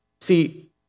See